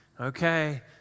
Okay